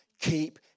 Keep